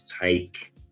take